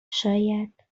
شاید